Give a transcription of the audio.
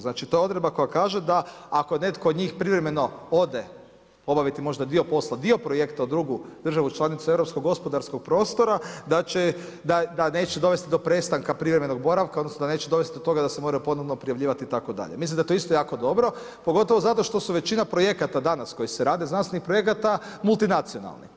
Znači to je odredba koja kaže da ako netko od njih privremeno ode obaviti možda dio posla, dio projekta u drugu državu članicu europskog gospodarskog prostora, da neće dovesti do prestanka privremenog boravka odnosno da neće dovesti do toga da se moraju ponovno prijavljivati itd., mislim da je to isto jako dobro, pogotovo zato što su većina projekata danas koji se rade, znanstvenih projekata, multinacionalni.